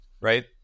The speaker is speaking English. right